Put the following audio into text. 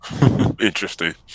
Interesting